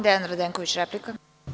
Dejan Radenković, replika.